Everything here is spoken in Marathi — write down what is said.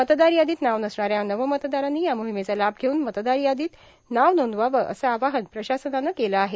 मतदार यादांत नाव नसणाऱ्या नव मतदारांनी या मोोहमेचा लाभ घेवून मतदार यादींत नाव नोंदवावं असं आवाहन प्रशासनानं केलं आहे